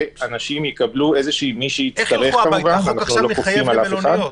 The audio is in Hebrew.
ושם הם יקבלו איזושהי מעטפת תמיכתית,